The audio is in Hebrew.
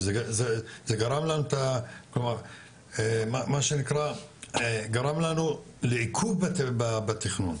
כלומר גרם לנו לעיכוב בתכנון,